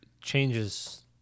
changes